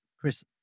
Chris